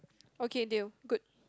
okay deal good